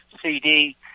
CD